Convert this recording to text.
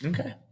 Okay